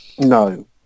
No